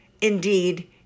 Indeed